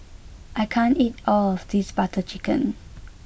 I can't eat all of this Butter Chicken